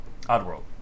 Oddworld